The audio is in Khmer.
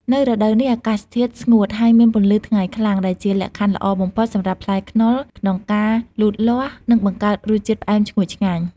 នៅរដូវនេះ អាកាសធាតុស្ងួត ហើយមានពន្លឺថ្ងៃខ្លាំង ដែលជាលក្ខខណ្ឌល្អបំផុតសម្រាប់ផ្លែខ្នុរក្នុងការលូតលាស់ និងបង្កើតរសជាតិផ្អែមឈ្ងុយឆ្ងាញ់។